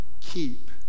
keep